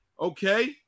Okay